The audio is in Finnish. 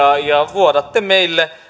vuodatte meille